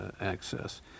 access